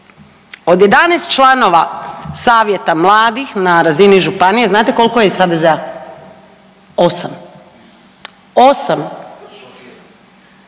Od 11 članova savjeta mladih na razini županije, znate koliko je iz HDZ-a? 8. 8.